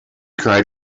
cried